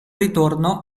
ritorno